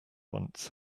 once